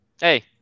Hey